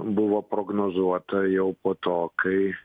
buvo prognozuota jau po to kai